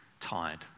Tired